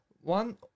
One